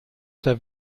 der